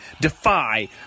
Defy